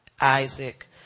Isaac